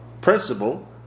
principle